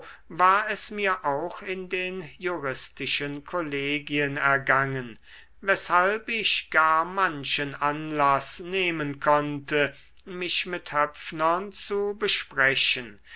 war es mir auch in den juristischen kollegien ergangen weshalb ich gar manchen anlaß nehmen konnte mich mit höpfnern zu besprechen